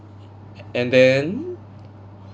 and then